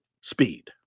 speed